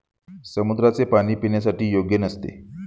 समुद्राचे पाणी पिण्यासाठी योग्य नसते